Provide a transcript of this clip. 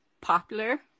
popular